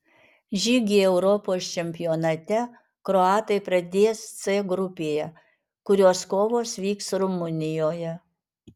žygį europos čempionate kroatai pradės c grupėje kurios kovos vyks rumunijoje